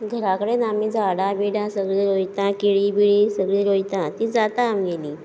घरा कडेन आमी झाडां बिडां सगळीं रोयता केळी बेळी सगळीं रोयता तीं जाता आमगेलीं